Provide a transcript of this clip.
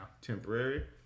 temporary